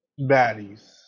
Baddies